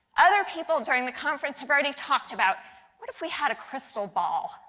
other people during the conference have already talked about what if we had a crystal ball?